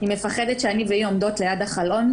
מפחדת כשאני והיא עומדות ליד החלון.